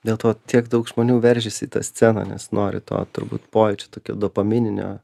dėl to tiek daug žmonių veržiasi į tą sceną nes nori to turbūt pojūčio tokio dopamininio